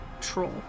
troll